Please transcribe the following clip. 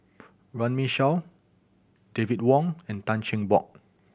Runme Shaw David Wong and Tan Cheng Bock